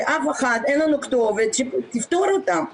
שאין לנו כתובת שתפתור אותן.